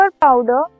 powder